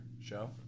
show